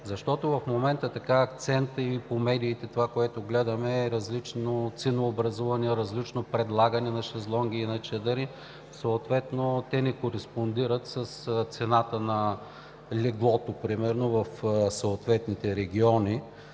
плажове. В момента акцентът и по медиите и това, което гледаме, е различно ценообразуване, различно предлагане на шезлонги и на чадъри и съответно те не кореспондират с цената на леглото примерно в съответните региони.